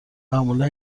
معمولا